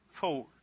forward